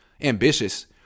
ambitious